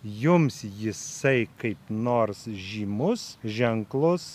jums jisai kaip nors žymus ženklus